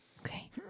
Okay